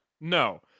No